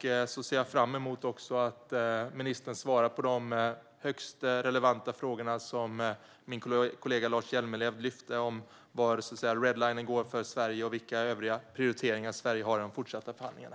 Jag ser också fram emot att ministern svarar på de högst relevanta frågor som min kollega Lars Hjälmered ställde om var the red line går för Sverige och vilka övriga prioriteringar Sverige har i de fortsatta förhandlingarna.